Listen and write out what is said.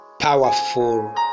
powerful